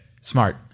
Smart